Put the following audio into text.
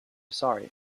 sorry